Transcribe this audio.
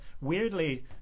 weirdly